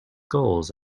goals